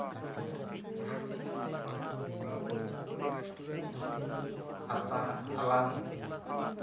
ᱟᱛᱟᱝ ᱟᱞᱟᱝ